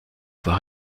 avoir